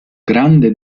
grande